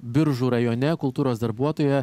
biržų rajone kultūros darbuotoja